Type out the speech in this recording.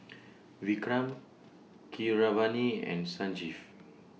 Vikram Keeravani and Sanjeev